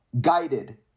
guided